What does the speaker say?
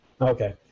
Okay